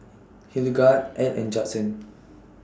Hildegard Edd and Judson